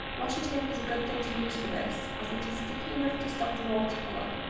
washi tape is a good thing to use for this as it is sticky enough to stop the watercolour,